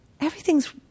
Everything's